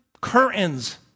curtains